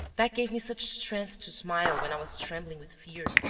that gave me such strength to smile when i was trembling with fear,